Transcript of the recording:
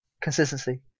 Consistency